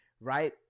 right